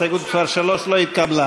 הסתייגות מס' 3 לא התקבלה.